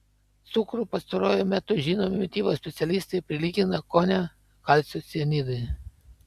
cukrų pastaruoju metu žinomi mitybos specialistai prilygina kone kalcio cianidui